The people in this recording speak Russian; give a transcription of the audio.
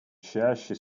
чаще